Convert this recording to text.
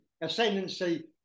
ascendancy